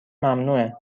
ممنوعه